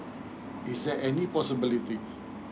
is there any possibility